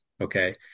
okay